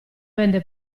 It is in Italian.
vende